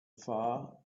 far